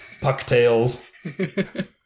Pucktails